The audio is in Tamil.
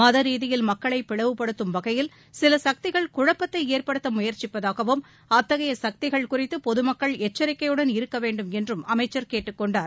மத ரீதியில் மக்களை பிளவுப்படுத்தும் வகையில் சில சக்திகள் குழப்பத்தை ஏற்படுத்த முயற்சிப்பதாகவும் அத்தகைய சக்திகள் குறித்து பொதுமக்கள் எச்சிக்கையுடன் இருக்க வேண்டும் என்றும் அமைச்சர் கேட்டுக்கொண்டார்